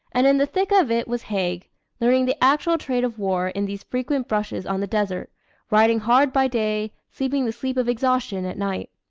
and in the thick of it was haig learning the actual trade of war in these frequent brushes on the desert riding hard by day, sleeping the sleep of exhaustion at night.